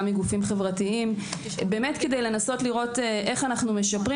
גם מגופים חברתיים כדי לנסות לראות איך אנו משפרים